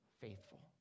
faithful